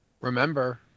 Remember